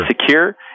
secure